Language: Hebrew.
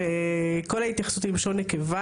וכל ההתייחסות היא בלשון נקבה.